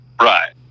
right